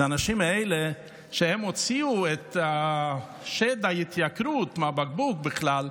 זה האנשים האלה שהם הוציאו את שד ההתייקרות מהבקבוק בכלל,